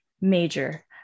Major